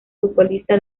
futbolista